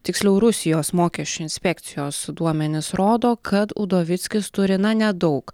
tiksliau rusijos mokesčių inspekcijos duomenys rodo kad udovickis turi na nedaug